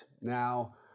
Now